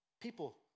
People